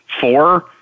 Four